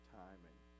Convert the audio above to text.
timing